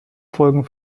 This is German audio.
folgen